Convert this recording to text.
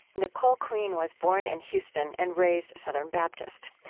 nicole queen was born in houston and raised southern baptist.